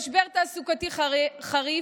במשבר תעסוקתי חריף,